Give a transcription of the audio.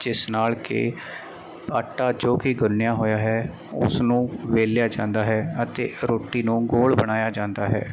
ਜਿਸ ਨਾਲ ਕਿ ਆਟਾ ਜੋ ਕਿ ਗੁੰਨਿਆ ਹੋਇਆ ਹੈ ਉਸ ਨੂੰ ਵੇਲਿਆ ਜਾਂਦਾ ਹੈ ਅਤੇ ਰੋਟੀ ਨੂੰ ਗੋਲ ਬਣਾਇਆ ਜਾਂਦਾ ਹੈ